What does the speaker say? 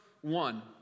one